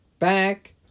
Back